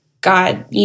God